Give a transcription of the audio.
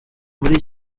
muri